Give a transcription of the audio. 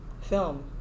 film